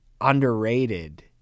underrated